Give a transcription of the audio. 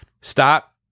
stop